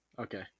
Okay